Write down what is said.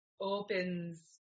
opens